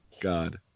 God